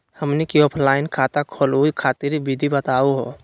हमनी क ऑफलाइन खाता खोलहु खातिर विधि बताहु हो?